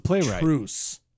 truce